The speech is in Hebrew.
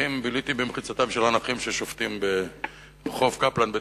ביליתי במחיצתם של הנכים ששובתים ברחוב קפלן בתל-אביב,